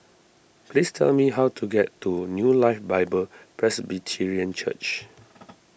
please tell me how to get to New Life Bible Presbyterian Church